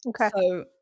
Okay